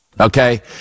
okay